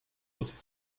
was